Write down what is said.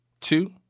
two